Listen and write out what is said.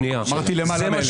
אמרתי "למעלה מ-1,000".